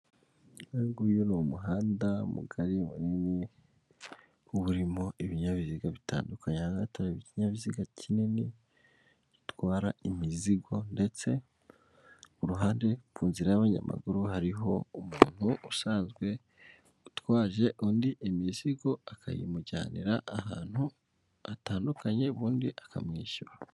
Uyu nguyu ni umuhanda mugari munini, uba urimo ibinyabiziga bitandukanye, hagati hari ikinyabiziga kinini, gitwara imizigo ndetse k'uruhande kunzira y'abanyamaguru hariho umuntu usanzwe utwaje undi imizigo akayimujyanira ahantu hatandukanye ubundi akamwishyura.